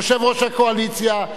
יושב-ראש הקואליציה,